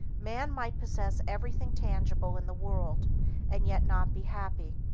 man might possess everything tangible in the world and yet not be happy,